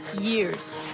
Years